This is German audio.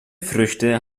früchte